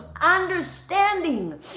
understanding